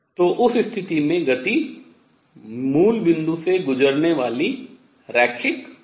तो उस स्थिति में गति मूल बिंदु से गुजरने वाली रैखिक होगी